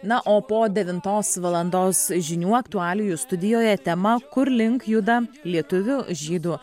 na o po devintos valandos žinių aktualijų studijoje tema kur link juda lietuvių žydų